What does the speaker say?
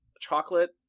chocolate